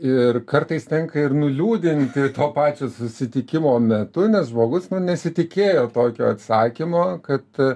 ir kartais tenka ir nuliūdinti to pačio susitikimo metu nes žmogus nesitikėjo tokio atsakymo kad